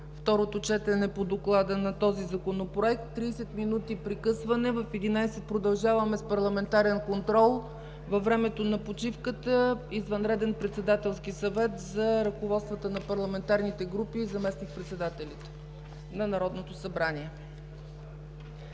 второто четене по доклада на този Законопроект. Тридесет минути прекъсване. В 11,00 ч. продължаваме с парламентарен контрол. Във времето на почивката – извънреден Председателски съвет за ръководствата на парламентарните групи и заместник-председателите на Народното събрание.